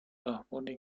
راهبردی